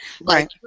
Right